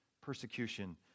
Persecution